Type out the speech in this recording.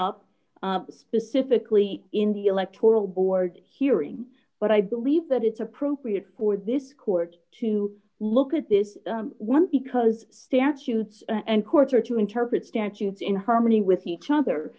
up specifically in the electoral board's hearing but i believe that it's appropriate for this court to look at this one because statutes and courts are to interpret statutes in harmony with each other